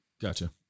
gotcha